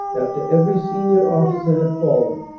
after every senior officer had fallen,